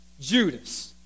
Judas